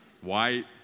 White